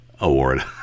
award